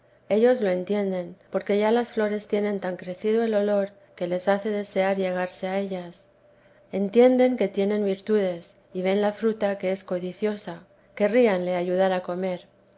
ellos lo entienden porque ya las flores tienen tan crecido el olor que les hace desear llegarse a ellas entienden que tienen virtudes y ven la fruta que es codiciosa querríanle ayudar a comer